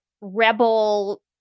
rebel